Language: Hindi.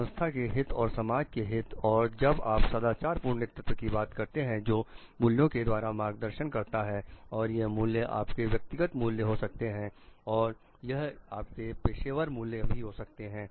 संस्था के हित और समाज के हित और जब आप सदाचार पूर्ण नेतृत्व की बात करते हैं जो मूल्यों के द्वारा मार्गदर्शन करता है और यह मूल्य आपके व्यक्तिगत मूल्य हो सकते हैं और यह आपके पेशेवर मूल्य भी हो सकते हैं